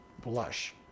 blush